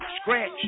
scratch